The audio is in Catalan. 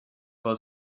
pel